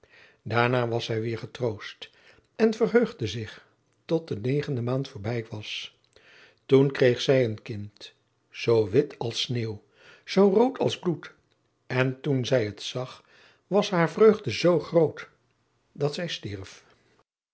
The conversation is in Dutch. daarna was zij weêr getroost en verheugde zich tot de negende maand voorbij was toen kreeg zij een kind zoo wit als sneeuw zoo rood als bloed en toen zij het zag was haar vreugde z groot dat zij stierf